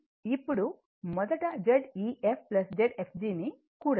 కాబట్టి ఇప్పుడు మొదట Zef Zfg ను కూడండి